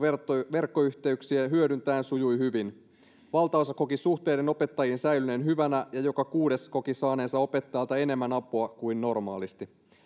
verkkoyhteyksiä hyödyntäen sujui hyvin valtaosa koki suhteiden opettajiin säilyneen hyvinä ja joka kuudes koki saaneensa opettajalta enemmän apua kuin normaalisti